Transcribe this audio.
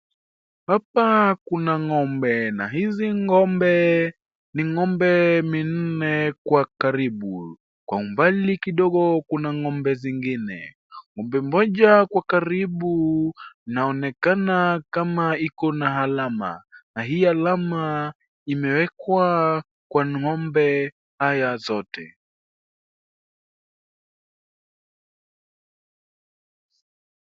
Hapa kuna ng'ombe na hizi ng'ombe ni ng'ombe minne kwa karibu. Kwa umbali kidogo kuna ng'ombe zingine. Ng'ombe mmoja kwa karibu inaonekana kama iko na alama na hii alama imewekwa kwa ng'ombe aya zote.